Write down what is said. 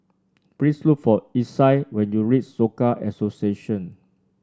please look for Isai when you reach Soka Association